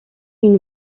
une